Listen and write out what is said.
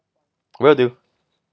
where do